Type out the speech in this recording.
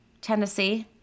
Tennessee